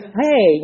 hey